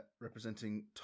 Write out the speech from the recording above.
representing